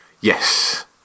Yes